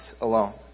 alone